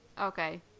Okay